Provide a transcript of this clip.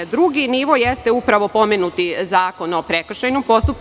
Drugi nivo jeste upravo pomenuti Zakon o prekršajnom postupku.